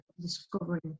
discovering